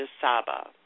Saba